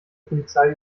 polizei